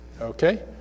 okay